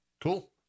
cool